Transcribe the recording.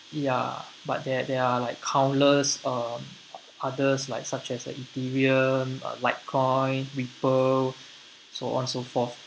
ya but th~ there are like countless um others like such as the ethereum litecoin ripple so on so forth